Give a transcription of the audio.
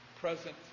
present